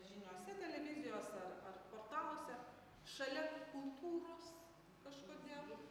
žiniose televizijos ar ar portaluose šalia kultūros kažkodėl